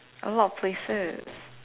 a lot of places